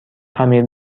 خمیر